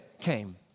came